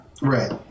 Right